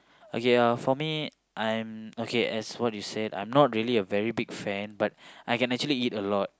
okay uh for me I'm as what you said I'm not a really big fan but I can actually eat a lot